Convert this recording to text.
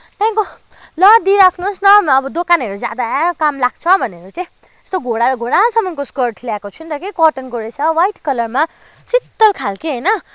त्यहाँदेखिनको ल दिइराख्नुहोस् न दोकानहरू ज्यादा काम लाग्छ भनेर चाहिँ यस्तो घोडा घोडासम्मको स्कर्ट ल्याएको छु नि त कि कर्टनको रहेछ व्हाइट कलरमा शीतल खालको होइन